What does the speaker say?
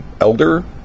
elder